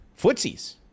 footsies